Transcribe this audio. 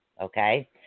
okay